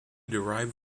derived